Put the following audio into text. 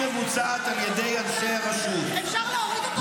מבוצעת על ידי אנשי הרשות --" אפשר להוריד אותו,